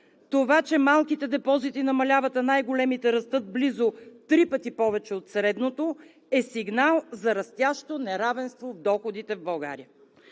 им е, че малките депозити намаляват, а най-големите растат близо 3 пъти повече от средното, и е сигнал за растящо неравенство в доходите в България.